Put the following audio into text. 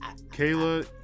Kayla